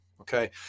okay